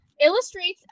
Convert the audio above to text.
Illustrates